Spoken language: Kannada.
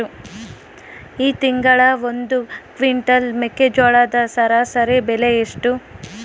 ಈ ತಿಂಗಳ ಒಂದು ಕ್ವಿಂಟಾಲ್ ಮೆಕ್ಕೆಜೋಳದ ಸರಾಸರಿ ಬೆಲೆ ಎಷ್ಟು?